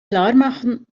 klarmachen